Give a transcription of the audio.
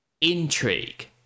intrigue